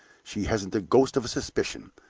she hasn't the ghost of a suspicion.